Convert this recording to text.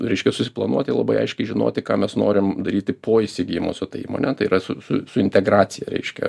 reiškia susiplanuoti labai aiškiai žinoti ką mes norim daryti po įsigijimo su ta įmone tai yra su su su integracija reiškia